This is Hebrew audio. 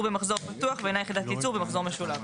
במחזור פתוח ואינה יחידת ייצור במחזור משולב.